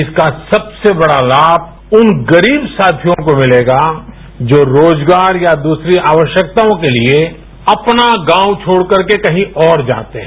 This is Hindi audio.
इसका सबसे बड़ा लाभ उन गरीब साथियों को मिलेगा जो रोजगारया दूसरी आवश्यकताओं के लिए अपना गाँव छोड़कर के कहीं और जाते हैं